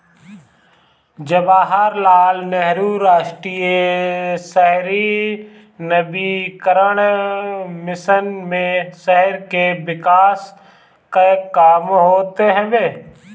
जवाहरलाल नेहरू राष्ट्रीय शहरी नवीनीकरण मिशन मे शहर के विकास कअ काम होत हवे